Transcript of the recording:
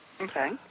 Okay